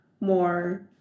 more